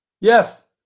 Yes